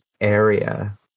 area